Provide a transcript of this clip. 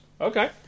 Okay